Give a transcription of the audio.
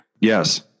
Yes